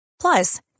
Plus